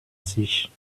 sich